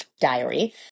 diary